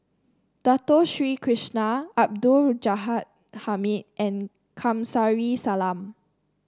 Dato Sri Krishna Abdul Ghani Hamid and Kamsari Salam